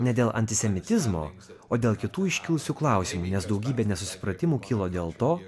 ne dėl antisemitizmo o dėl kitų iškilusių klausimų nes daugybė nesusipratimų kilo dėl to